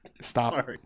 Stop